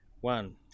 one